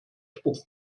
spucken